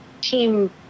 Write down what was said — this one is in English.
team